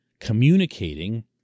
communicating